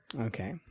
Okay